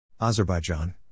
Azerbaijan